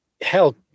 hell